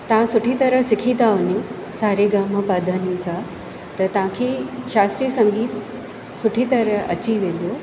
तव्हां सुठी तरह सिखी था वञो सा रे गा मा पा धा नी सा त तव्हांखे शास्त्रीय संगीत सुठी तरह अची वेंदो